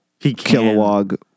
Kilowog